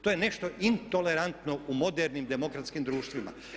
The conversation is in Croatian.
To je nešto intolerantno u modernim demokratskim društvima.